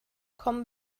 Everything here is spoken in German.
kommen